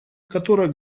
которая